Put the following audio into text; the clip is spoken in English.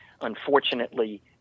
unfortunately